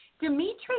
Dimitri